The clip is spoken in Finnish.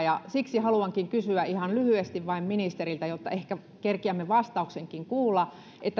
siksi haluankin kysyä ihan lyhyesti vain ministeriltä jotta ehkä kerkiämme vastauksenkin kuulla